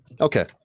Okay